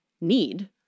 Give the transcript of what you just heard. need